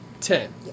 Ten